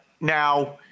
Now